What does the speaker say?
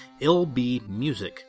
lbmusic